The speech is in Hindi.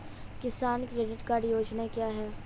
किसान क्रेडिट कार्ड योजना क्या है?